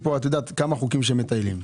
כמה חוקים שמטיילים.